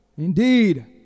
indeed